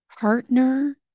partner